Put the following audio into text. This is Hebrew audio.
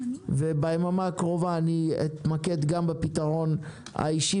וביממה הקרובה אני אתמקד גם בפתרון האישי